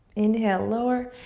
inhale, lower.